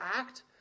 act